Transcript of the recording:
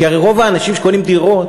כי הרי רוב האנשים שקונים דירות,